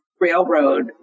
Railroad